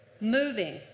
Moving